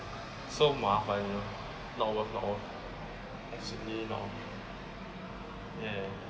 so mafan you know normal normal actually normal ya